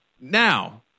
now